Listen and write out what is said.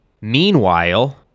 Meanwhile